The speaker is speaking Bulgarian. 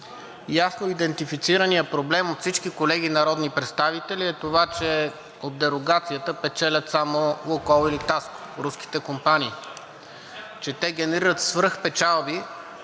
Ясно идентифицираният проблем от всички колеги народни представители е това, че от дерогацията печелят само „Лукойл“ и „Литаско“ – руските компании, че те генерират свръхпечалби,